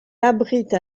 abrite